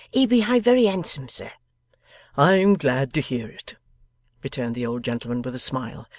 he behaved very handsome, sir i'm glad to hear it returned the old gentlemen with a smile.